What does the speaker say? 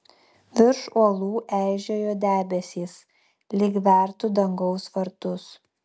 virš uolų eižėjo debesys lyg vertų dangaus vartus